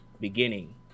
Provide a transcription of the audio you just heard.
Beginning